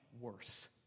worse